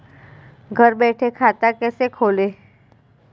घर बैठे खाता कैसे खोलें?